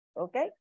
Okay